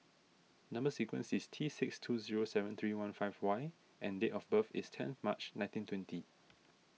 Number Sequence is T six two zero seven three one five Y and date of birth is ten March nineteen twenty